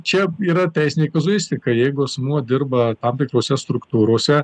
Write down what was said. čia yra teisinė kazuistika jeigu asmuo dirba tam tikrose struktūrose